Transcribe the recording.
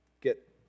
get